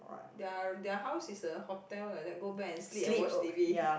their their house is a hotel like that go back and sleep and watch T_V